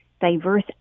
diverse